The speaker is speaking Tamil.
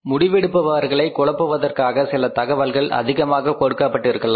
முடிவு எடுப்பவர்களை குழப்புவதற்காக சில தகவல்கள் அதிகமாக கொடுக்கப்பட்டிருக்கலாம்